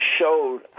showed